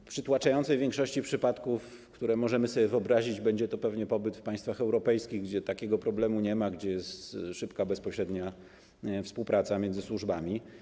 W przytłaczającej większości przypadków, które możemy sobie wyobrazić, będzie to pewnie pobyt w państwach europejskich, gdzie takiego problemu nie ma, gdzie jest szybka, bezpośrednia współpraca między służbami.